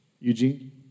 Eugene